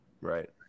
Right